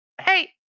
Hey